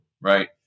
right